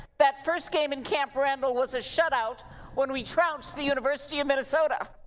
that first game in camp randall was a shutout we trounced the university of minnesota.